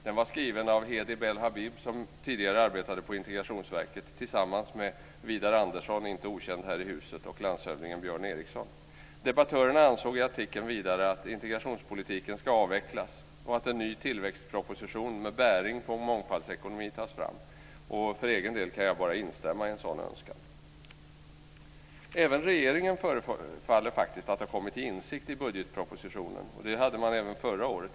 Artikeln skrevs av Hedi Bel Habib, som tidigare arbetade på Integrationsverket, tillsammans med Widar Andersson - inte okänd här i huset - och landshövdingen Björn Eriksson. Debattörerna ansåg vidare i artikeln att integrationspolitiken ska avvecklas och att en ny tillväxtproposition med bäring på mångfaldsekonomi ska läggas fram. För egen del kan jag bara instämma i en sådan önskan. Även regeringen förefaller ha kommit till insikt i budgetpropositionen. Det hade regeringen gjort även förra året.